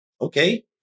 Okay